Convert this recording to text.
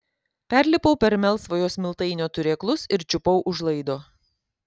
perlipau per melsvojo smiltainio turėklus ir čiupau už laido